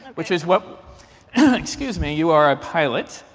which is, what excuse me. you are a pilot.